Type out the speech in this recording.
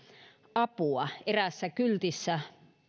apua eräässä kyltissä